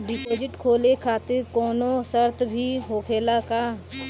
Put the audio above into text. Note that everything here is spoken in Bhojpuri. डिपोजिट खोले खातिर कौनो शर्त भी होखेला का?